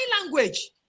language